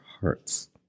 hearts